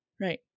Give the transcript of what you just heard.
Right